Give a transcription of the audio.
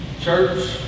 Church